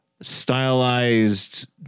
stylized